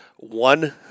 one